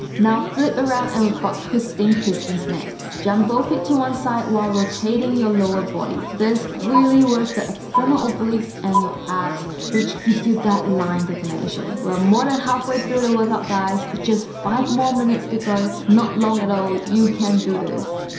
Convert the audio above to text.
now flip around and we've got twisting pistons next jump off it to one side while rotating your lower body this really works the external obliques and your abs which gives you that line definition we're more than halfway through the workout guys. just five more minutes to go not long at all. you can do this